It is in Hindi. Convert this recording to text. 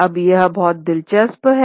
अब यह बहुत दिलचस्प है